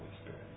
Spirit